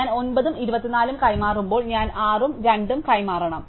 ഞാൻ 9 ഉം 24 ഉം കൈമാറുമ്പോൾ ഞാൻ 6 ഉം 2 ഉം കൈമാറണം